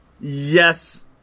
Yes